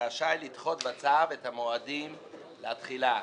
רשאי לדחות בצו את המועדים לתחילה.